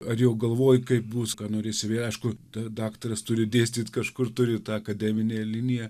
ar jau galvoji kaip bus ką norėsi veikt aišku daktaras turi dėstyti kažkur turi tą akademinę liniją